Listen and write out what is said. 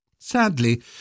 Sadly